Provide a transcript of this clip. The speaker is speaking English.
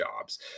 jobs